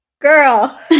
Girl